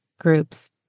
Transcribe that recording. groups